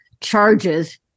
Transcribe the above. charges